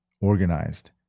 organized